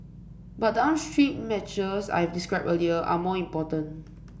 but the upstream measures I've described earlier are more important